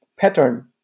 pattern